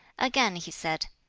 again he said,